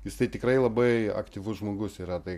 jisai tikrai labai aktyvus žmogus yra tai